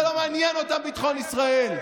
שלא מעניין אותם ביטחון ישראל.